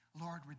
Lord